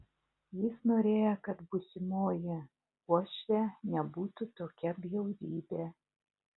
jis norėjo kad būsimoji uošvė nebūtų tokia bjaurybė